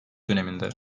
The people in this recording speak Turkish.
döneminde